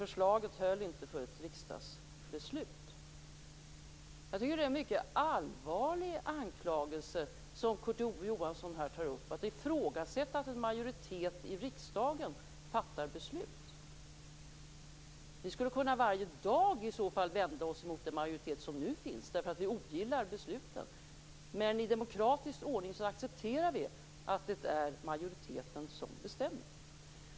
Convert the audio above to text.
Jag tycker att det är en mycket allvarlig anklagelse från Kurt Ove Johansson att ifrågasätta att en majoritet i riksdagen fattar beslut. Vi skulle i så fall varje dag kunna vända oss emot den majoritet som nu finns därför att vi ogillar besluten. Men i demokratisk ordning accepterar vi att det är majoriteten som bestämmer.